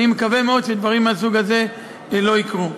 ואני מקווה מאוד שדברים מהסוג הזה לא יקרו.